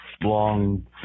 long